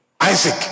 Isaac